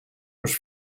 was